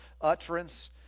utterance